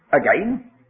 again